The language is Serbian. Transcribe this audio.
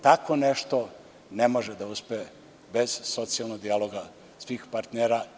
Tako nešto ne može da uspe bez socijalnog dijaloga svih partnera.